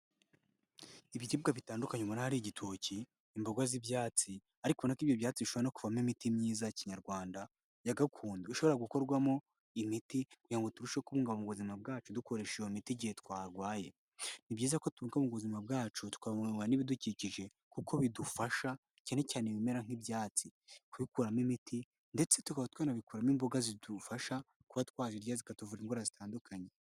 Ibiribwa bitandukanye muri aha hari igitoki, imboga z'ibyatsi ariko nako ibyo byatsi bijwe no kumo imiti myiza ya kinyarwanda ya gakondo, ishobora gukorwamo imiti kugirango ngo turushe kubungabunga ubuzima bwacu dukoreshe iyo miti igihe twarwaye, ni byiza ko tuvuga mu buzima bwacu twahuywa n'ibidukikije kuko bidufasha cyane cyane ibimera nk'ibyatsi, kuyikuramo imiti ndetse tukaba tunabikoramo imboga zidufasha, kuba twarya zikatuvura indwara zitandukanye.